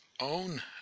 own